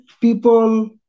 people